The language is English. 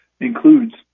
includes